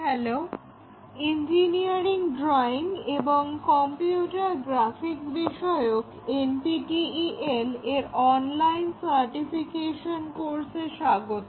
hello engineering drawing এবং computer graphics বিষয়ক NPTEL এর অনলাইন সার্টিফিকেশন কোর্সে স্বাগত